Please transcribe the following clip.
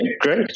great